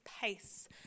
pace